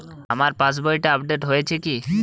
আমার পাশবইটা আপডেট হয়েছে কি?